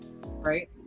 Right